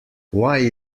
why